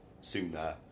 sooner